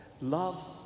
Love